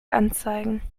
anzeigen